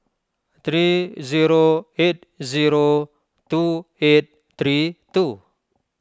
three zero eight zero two eight three two